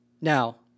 Now